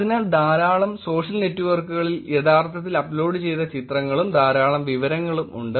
അതിനാൽ സോഷ്യൽ നെറ്റ്വർക്കുകളിൽ യഥാർത്ഥത്തിൽ അപ്ലോഡുചെയ്ത ധാരാളം ചിത്രങ്ങളും ധാരാളം വിവരങ്ങളും ഉണ്ട്